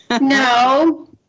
No